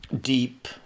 Deep